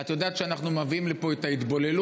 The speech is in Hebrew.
את יודעת שאנחנו מביאים לפה את ההתבוללות,